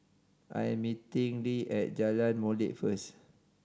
I am meeting Le at Jalan Molek first